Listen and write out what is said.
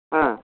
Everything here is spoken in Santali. ᱦᱮᱸ